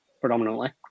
predominantly